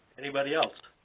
anybody else?